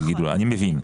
אני מבין.